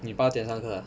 你八点上课啊